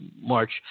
March